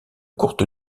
courte